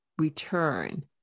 return